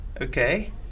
okay